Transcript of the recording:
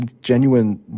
genuine